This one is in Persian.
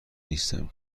نیستم